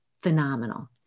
phenomenal